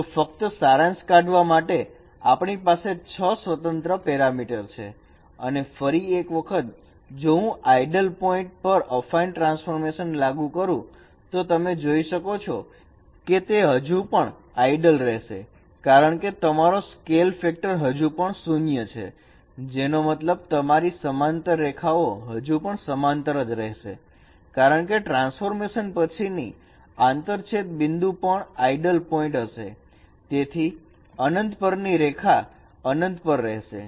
તો ફક્ત સારાંશ કાઢવા માટે તમારી પાસે છ સ્વતંત્ર પેરામીટર છે અને ફરી એક વખત જો હું આઇડલ પોઇન્ટ પર અફાઈન ટ્રાન્સફોર્મેશન લાગુ કરું તો તમે જોઈ શકો છો કે તે હજુ પણ આઇડલ રહેશે કારણ કે તમારો સ્કેલ ફેક્ટર હજુ પણ 0 છે જેનો મતલબ તમારી સમાંતર રેખાઓ હજુ પણ સમાંતર જ રહેશે કારણ કે ટ્રાન્સફોર્મેશન પછી આંતરછેદ બિંદુ પણ આઇડલ પોઇન્ટ હશે તેથી અનંત પરની રેખા અનંત પર રહેશે